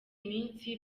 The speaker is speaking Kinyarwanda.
minsi